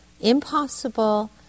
impossible